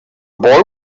boy